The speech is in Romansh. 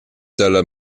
dalla